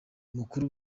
umukuru